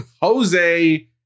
Jose